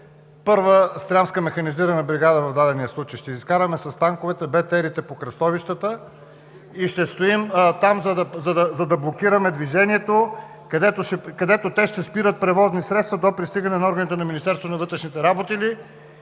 Първа Стрямска механизирана бригада в дадения случай? Ще я изкараме с танковете, БТР-ите по кръстовищата и ще стоим там, за да блокираме движението, където те ще спират превозни средства до пристигането на органите на Министерството на вътрешните работи ли,